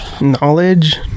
Knowledge